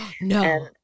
No